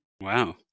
Wow